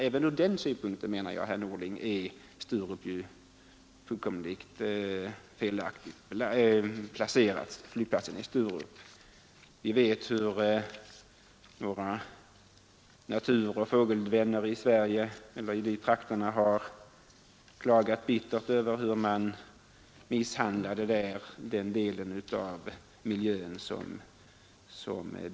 Även från denna synpunkt är flygplatsen i Sturup helt felaktigt placerad, herr statsråd. Vi vet ju hur våra naturoch fågelvänner i trakterna har klagat bittert över hur man misshandlat miljön från naturoch fågelsynpunkt.